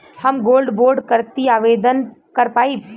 हम gold bond करती आवेदन कर पाईब?